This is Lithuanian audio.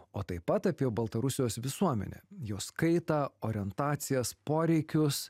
o taip pat apie baltarusijos visuomenę jos kaitą orientacijas poreikius